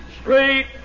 straight